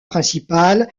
principal